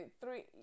three